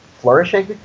flourishing